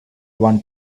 want